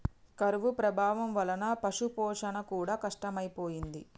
కరువు ప్రభావం వలన పశుపోషణ కూడా కష్టమైపోయింది